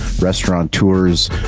restaurateurs